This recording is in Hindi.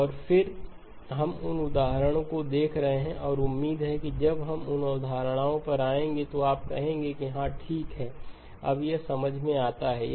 और फिर हम उन उदाहरणों को देख रहे हैं और उम्मीद है कि जब हम उन अवधारणाओं पर आएंगे तो आप कहेंगे कि हाँ ठीक है अब यह समझ में आता है